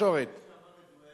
הוא ישן כמה שנים,